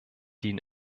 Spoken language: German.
den